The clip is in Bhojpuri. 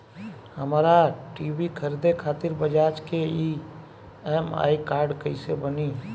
हमरा टी.वी खरीदे खातिर बज़ाज़ के ई.एम.आई कार्ड कईसे बनी?